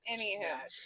Anywho